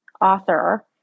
author